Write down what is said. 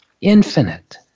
infinite